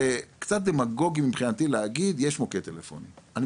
זה קצת דמגוגי מבחינתי להגיד שיש מוקד טלפוני אני